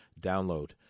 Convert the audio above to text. download